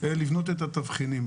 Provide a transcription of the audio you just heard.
לבנות את התבחינים.